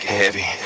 heavy